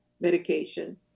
medication